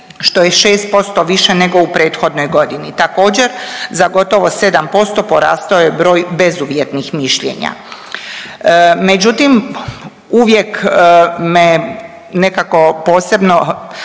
što je 6% više nego u prethodnoj godini, također za gotovo 7% porastao je broj bezuvjetnih mišljenja. Međutim, uvijek me nekako posebno